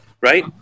right